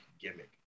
gimmick